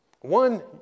One